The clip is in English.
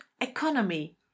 economy